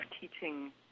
teaching